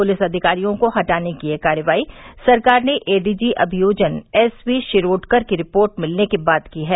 police अधिकारियों को हटाने की ये कार्रवाई सरकार ने एडीजी अमियोजन एसवी शिरोडकर की रिपोर्ट मिलने के बाद की है